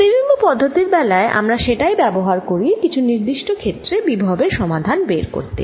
প্রতিবিম্ব পদ্ধতির বেলায় আমরা সেটাই ব্যবহার করি কিছু নির্দিষ্ট ক্ষেত্রে বিভব এর সমাধান বের করতে